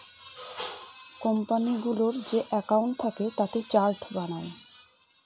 কোম্পানিগুলোর যে একাউন্ট থাকে তাতে চার্ট বানায়